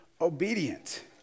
obedient